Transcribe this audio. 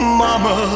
mama